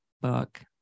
book